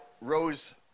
Rose